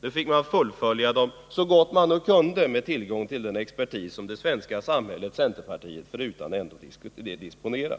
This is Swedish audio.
Nu fick man fullfölja dem så gott man kunde och med tillgång till den expertis som det svenska samhället, centerpartiet förutan, ändå disponerar.